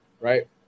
Right